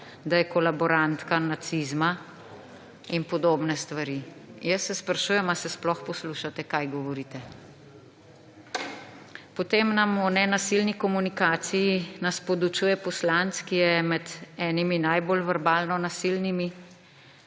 da je kolaborantka nacizma in podobne stvari. Jaz se sprašujem, ali se sploh poslušate, kaj govorite. Potem nas o nenasilni komunikaciji podučuje poslanec, ki je med enimi najbolj verbalno nasilnimi,